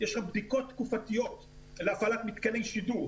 יש לך בדיקות תקופתיות להפעלת מתקני שידור.